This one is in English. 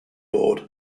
board